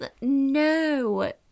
No